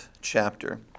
chapter